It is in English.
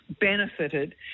benefited